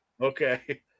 Okay